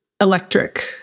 electric